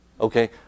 Okay